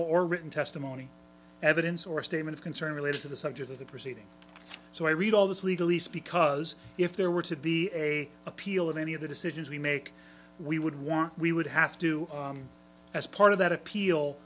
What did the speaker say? or written testimony evidence or a statement of concern related to the subject of the proceedings so i read all this legal east because if there were to be a appeal of any of the decisions we make we would want we would have to as part of that appeal